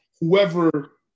whoever